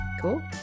Cool